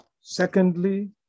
Secondly